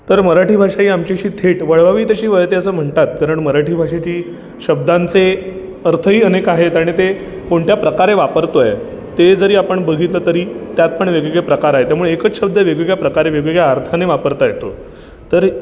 तर मराठी भाषा ही आमची अशी थेट वळवावी तशी वळते असं म्हणतात कारण मराठी भाषेची शब्दांचे अर्थही अनेक आहेत आणि ते कोणत्या प्रकारे वापरतो आहे ते जरी आपण बघितलं तरी त्यात पण वेगवेगळे प्रकार आहे त्यामुळे एकच शब्द वेगवेगळ्या प्रकारे वेगवेगळ्या अर्थाने वापरता येतो तर